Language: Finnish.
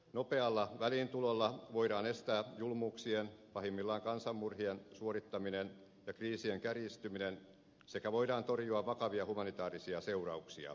nopealla väliintulolla voidaan estää julmuuksien pahimmillaan kansanmurhien suorittaminen ja kriisien kärjistyminen sekä voidaan torjua vakavia humanitaarisia seurauksia